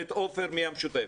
ואת עופר מהמשותפת.